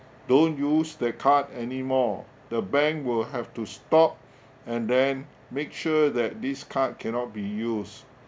don't use the card anymore the bank will have to stop and then make sure that this card cannot be used